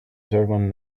german